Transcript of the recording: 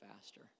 faster